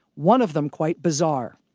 one of them quite bizarre.